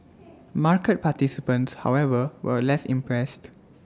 market participants however were less impressed